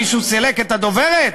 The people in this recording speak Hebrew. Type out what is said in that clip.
מישהו סילק את הדוברת?